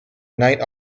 night